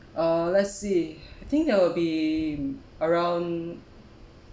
uh let's see I think there will be around